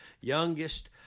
youngest